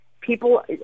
people